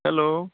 hello